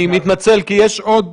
אני מתנצל כי יש עוד